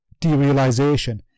derealization